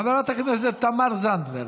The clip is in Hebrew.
חברת הכנסת תמר זנדברג.